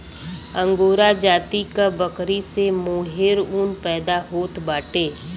angora जाति क बकरी से मोहेर ऊन पैदा होत बाटे